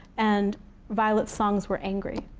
and violet's songs were angry.